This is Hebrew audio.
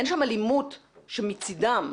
אין שם אלימות מצדם,